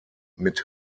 mit